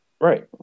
Right